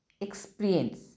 experience